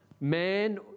man